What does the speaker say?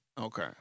Okay